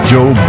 Joe